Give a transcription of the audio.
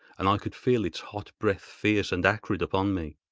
and i could feel its hot breath fierce and acrid upon me.